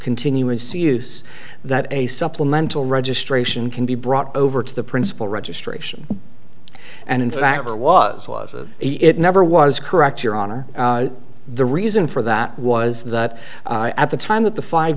continuous use that a supplemental registration can be brought over to the principal registration and in fact there was was it never was correct your honor the reason for that was that at the time that the five